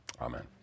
Amen